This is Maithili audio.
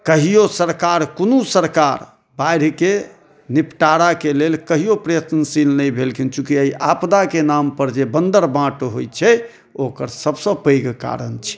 कहियो सरकार कोनो सरकार बाढ़ि के निपटारा के लेल कहियो प्रयत्नशील नहि भेलखिन चूँकि एहि आपदा के नाम पर जे बन्दर बाँट होइ छै ओकर सबसँ पैघ कारण छै